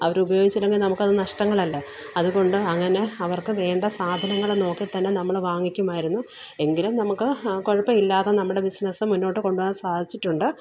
അവർ ഉപയോഗിച്ചില്ലെങ്കില് നമ്മൾക്കത് നഷ്ടങ്ങളല്ലേ അതുകൊണ്ട് അങ്ങനെ അവര്ക്ക് വേണ്ട സാധനങ്ങൾ നോക്കിത്തന്നെ നമ്മൾ വാങ്ങിക്കുമായിരുന്നു എങ്കിലും നമുക്ക് കുഴപ്പം ഇല്ലാതെ നമ്മുടെ ബിസിനസ്സ് മുന്നോട്ട് കൊണ്ടുപോവാന് സാധിച്ചിട്ടുണ്ട്